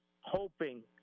hoping